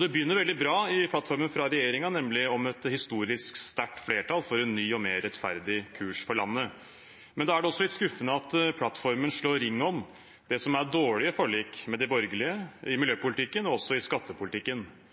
Det begynner veldig bra i plattformen til regjeringen, nemlig med at det er et historisk sterkt flertall for en ny og mer rettferdig kurs for landet. Men da er det også litt skuffende at plattformen slår ring om det som er dårlige forlik med de borgerlige i miljøpolitikken og også i skattepolitikken.